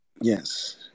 Yes